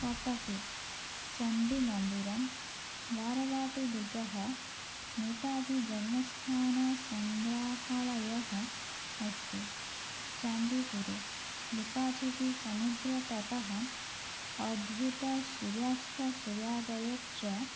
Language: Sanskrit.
काटके चण्डीमन्दिरं वारवाटिदुर्गः नेताजिजन्मस्थानसङ्ग्रहालयः अस्ति चान्दिपुरे लुकाछुपि समुद्रतटः अद्भुतसुर्यास्तसुर्योदयौ च